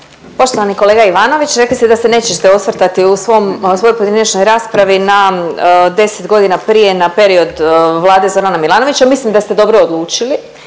Poštovani kolega Ivanović rekli ste da se nećete osvrtati u svom u svojoj pojedinačnoj raspravi na deset godina prije na period vlade Zorana Milanovića, mislim da ste dobro odlučili,